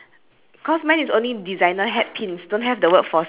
mine is called designer hairpins hat hat pins